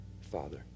Father